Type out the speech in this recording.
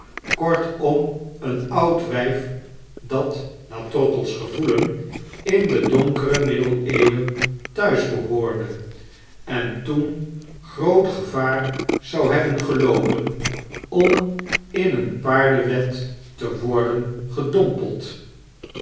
kortom een oud wijf dat naar trottle's gevoelen in de donkere middeleeuwen thuis behoorde en toen groot sevaar zou hebben geloopen om in een paarenwed te worden gedompeld